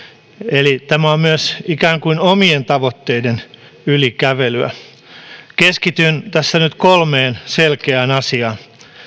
eli tämä on myös ikään kuin omien tavoitteiden yli kävelyä keskityn tässä nyt kolmeen selkeään asiaan